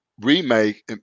remake